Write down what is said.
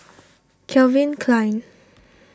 Calvin Klein